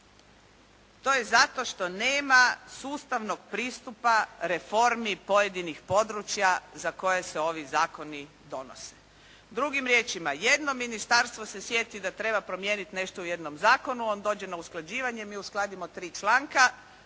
to je zato što nema sustavnog pristupa reformi pojedinih područja za koje se ovi zakoni donose. Drugim riječima, jedno ministarstvo se sjeti da treba promijeniti nešto u jednom zakonu. On dođe na usklađivanje. Mi uskladimo 3 članka.